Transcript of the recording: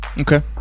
Okay